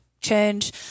change